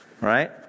right